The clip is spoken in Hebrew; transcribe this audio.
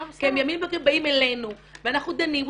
כי הם --- באים אלינו ואנחנו דנים.